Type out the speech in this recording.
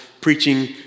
preaching